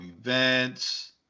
events